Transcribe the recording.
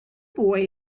boy